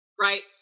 right